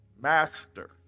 Master